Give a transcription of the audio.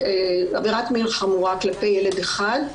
עבירת מין חמורה כלפי ילד אחד,